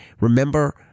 remember